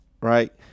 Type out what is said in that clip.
right